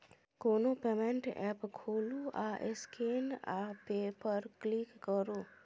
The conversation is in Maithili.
कोनो पेमेंट एप्प खोलु आ स्कैन आ पे पर क्लिक करु